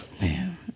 Man